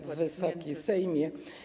Wysoki Sejmie!